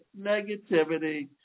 negativity